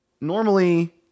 normally